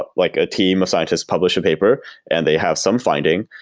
but like a team of scientists publish a paper and they have some finding,